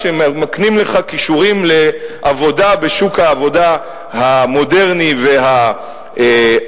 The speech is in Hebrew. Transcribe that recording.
שמקנים לך כישורים לעבודה בשוק העבודה המודרני והעתידי,